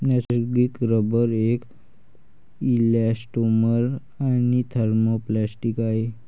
नैसर्गिक रबर एक इलॅस्टोमर आणि थर्मोप्लास्टिक आहे